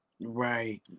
Right